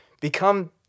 become